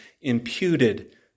imputed